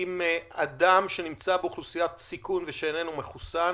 עם אדם שנמצא באוכלוסיית סיכון ושאיננו מחוסן,